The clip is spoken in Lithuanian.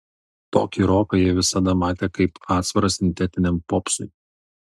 tokį roką jie visada matė kaip atsvarą sintetiniam popsui